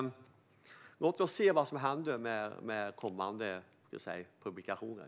Låt oss se vad som händer i och med kommande publikationer.